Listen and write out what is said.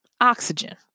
oxygen